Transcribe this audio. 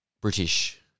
British